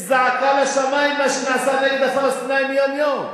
יש זעקה לשמים מה שנעשה נגד הפלסטינים יום-יום,